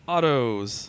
Autos